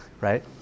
right